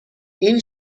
این